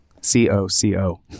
C-O-C-O